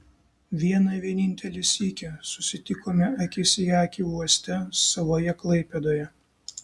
vieną vienintelį sykį susitikome akis į akį uoste savoje klaipėdoje